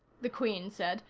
the queen said,